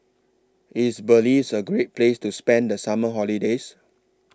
IS Belize A Great Place to spend The Summer holidays